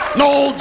no